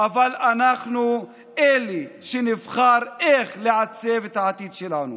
אבל אנחנו אלה שנבחר איך לעצב את העתיד שלנו.